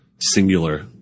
singular